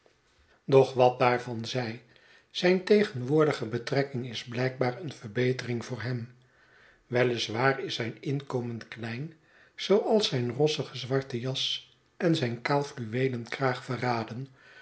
doch wat daarvan zij zijn tegenwoordige betrekking is blijkbaar een verbetering voor hem weliswaar is zijn inkomen klein zooals zijn rossige zwarte jas en zijn kaal fluweelen kraag verraden